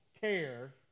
care